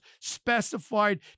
specified